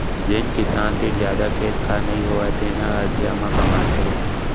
जेन किसान तीर जादा खेत खार नइ होवय तेने ह अधिया म कमाथे